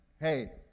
hey